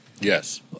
Yes